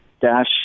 dash